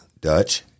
Dutch